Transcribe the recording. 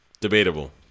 Debatable